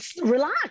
Relax